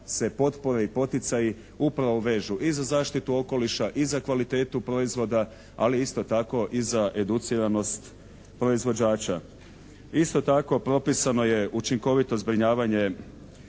se potpore i poticaji upravo vežu i za zaštitu okoliša i za kvalitetu proizvoda ali isto tako i za educiranost proizvođača. Isto tako propisano je učinkovito zbrinjavanje